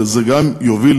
וזה גם יוביל,